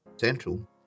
Central